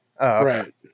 Right